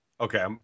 Okay